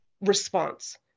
response